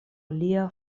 lia